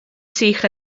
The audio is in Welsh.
sych